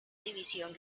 división